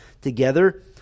together